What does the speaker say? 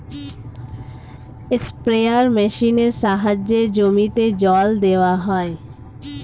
sprayer মেশিনের সাহায্যে জমিতে জল দেওয়া হয়